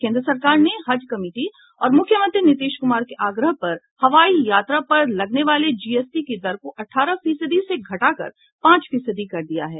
केन्द्र सरकार ने हज कमिटी और मुख्यमंत्री नीतीश कुमार के आग्रह पर हवाई यात्रा पर लगने वाले जीएसटी की दर को अठारह फीसदी से घटा कर पांच फीसदी कर दिया है